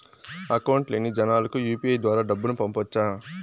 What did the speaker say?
Account లేని జనాలకు UPI ద్వారా డబ్బును పంపొచ్చా?